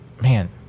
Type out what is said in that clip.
man